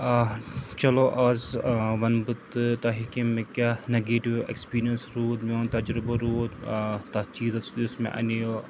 آ چلو آز وَنہٕ بہٕ تہٕ تۄہہِ کہِ مےٚ کیٛاہ نَگیٹِو اٮ۪کٕسپیٖرینٕس روٗد میون تجرُبہٕ روٗد تَتھ چیٖزَس سۭتۍ یُس مےٚ اَنییو